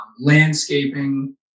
landscaping